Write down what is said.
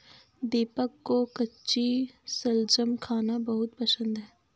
दीपक को कच्ची शलजम खाना बहुत पसंद है